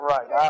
Right